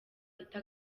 ita